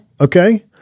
okay